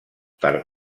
per